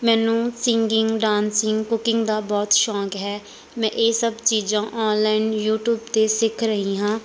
ਮੈਨੂੰ singing dancing cooking ਦਾ ਬਹੁਤ ਸ਼ੌਕ ਹੈ ਮੈਂ ਇਹ ਸਭ ਚੀਜ਼ਾਂ ਔਨਲਾਈਨ ਯੂਟੀਊਬ 'ਤੇ ਸਿੱਖ ਰਹੀ ਹਾਂ